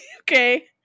okay